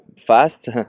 fast